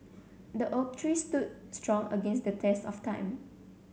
the oak tree stood strong against the test of time